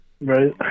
right